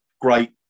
great